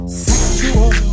sexual